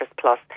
Plus